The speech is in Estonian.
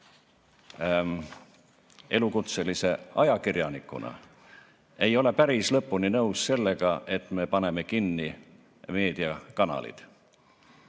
elukutselise ajakirjanikuna ei ole päris lõpuni nõus sellega, et me paneme kinni meediakanalid.